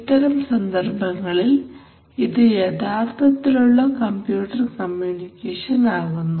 ഇത്തരം സന്ദർഭങ്ങളിൽ ഇത് യഥാർത്ഥത്തിലുള്ള കമ്പ്യൂട്ടർ കമ്മ്യൂണിക്കേഷൻ ആകുന്നു